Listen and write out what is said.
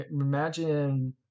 imagine